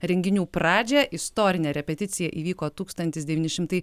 renginių pradžią istorinė repeticija įvyko tūkstantis devyni šimtai